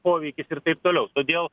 poveikis ir taip toliau todėl